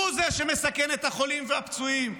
הוא זה שמסכן את החולים והפצועים,